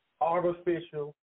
artificial